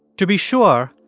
to be sure,